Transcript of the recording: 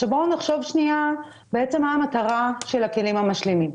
בואו נחשוב מה המטרה של הכלים המשלימים.